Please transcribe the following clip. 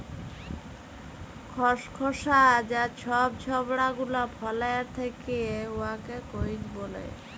খসখসা যা ছব ছবড়া গুলা ফলের থ্যাকে উয়াকে কইর ব্যলে